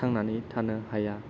थांनानै थानो हाया